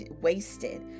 wasted